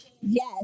Yes